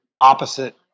opposite